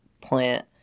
plant